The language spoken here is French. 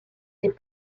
des